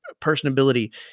personability